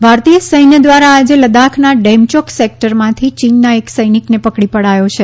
ધકપકડ ભારતીય સૈન્ય દ્વારા આજે લદ્વાખના ડેમચોક સેક્ટરમાંથી ચીનના એક સૈનિકને પકડી પાડ્યો છે